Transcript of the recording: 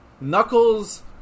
Knuckles